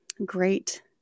Great